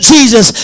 Jesus